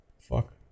fuck